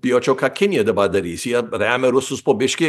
bijočiau ką kinija dabar darys jie remia rusus po biškį